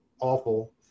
awful